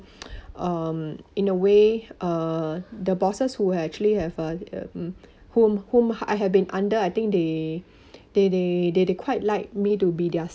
um in a way uh the bosses who actually have a whom whom I had been under I think they they they they they quite like me to be their